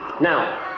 Now